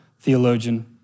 theologian